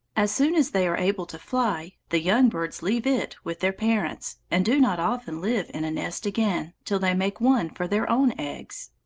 as soon as they are able to fly, the young birds leave it with their parents, and do not often live in a nest again, till they make one for their own eggs.